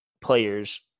players